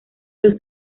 los